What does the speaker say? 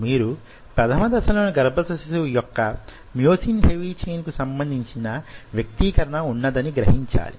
మీరు ప్రథమ దశలోని గర్భస్థ శిశువు యొక్క మ్యోసిన్ హెవీ ఛైన్ కు సంబంధించిన వ్యక్తీకరణ ఉన్నదని గ్రహించాలి